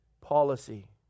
policy